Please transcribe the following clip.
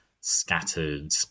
scattered